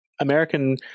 American